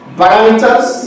parameters